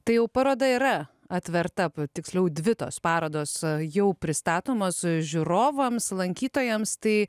tai jau paroda yra atverta tiksliau dvi tos parodos jau pristatomas žiūrovams lankytojams tai